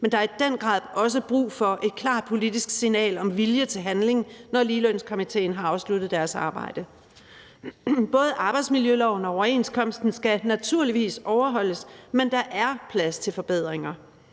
Men der er i den grad også brug for et klart politisk signal om vilje til handling, når Lønstrukturkomitéen har afsluttet deres arbejde. Både arbejdsmiljøloven og overenskomsterne skal naturligvis overholdes, men der er plads til forbedringer.